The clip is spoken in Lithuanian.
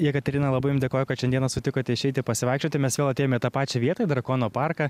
jekaterina labai jum dėkoju kad šiandieną sutikote išeiti pasivaikščioti mes vėl atėjom į tą pačią vietą į drakono parką